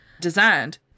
designed